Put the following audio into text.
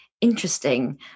interesting